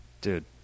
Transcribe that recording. Dude